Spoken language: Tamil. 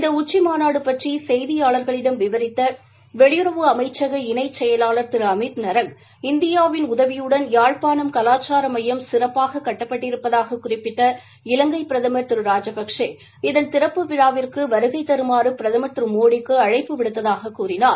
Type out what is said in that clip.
இந்த உச்சி மாநாடு பற்றி செய்தியாளர்களிடம் விவரித்த வெளியுறவு அமைச்சக இணைச்செயலாளர் திரு அமித் நரங் இந்தியாவின் உதவியுடன் யாழ்ப்பாணம் கலாச்சார மையம் கட்டப்பட்டிருப்பதாக சிறப்பாக குறிப்பிட்ட இலங்கை பிரதமர் திரு ராஜபக்ஷே இதன் திறப்பு விழாவிற்கு வருகை தருமாறு பிரதமர் திரு மோடிக்கு அழைப்பு விடுத்ததாகக் கூறினார்